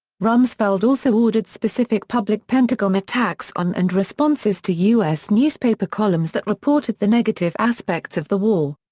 rumsfeld also ordered specific public pentagon attacks on and responses to u s. newspaper columns that reported the negative aspects of the war.